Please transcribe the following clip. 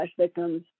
victims